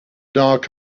dark